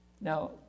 Now